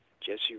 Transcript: Jesse